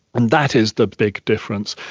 and that is the big difference.